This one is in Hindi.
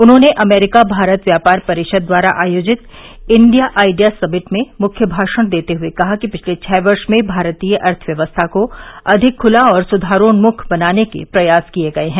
उन्होंने अमेरिका भारत व्यापार परिषद द्वारा आयोजित इंडिया आइडियाज समिट में मुख्य भाषण देते हुए कहा कि पिछले छः वर्ष में भारतीय अर्थव्यवस्था को अधिक खुला और सुधारोन्मुख बनाने के लिए प्रयास किए गए हैं